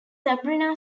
sabrina